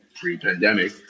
pre-pandemic